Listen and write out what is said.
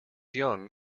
young